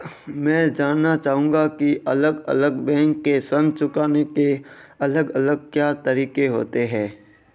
मैं जानना चाहूंगा की अलग अलग बैंक के ऋण चुकाने के अलग अलग क्या तरीके होते हैं?